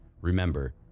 Remember